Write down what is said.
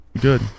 Good